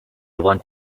want